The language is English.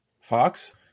Fox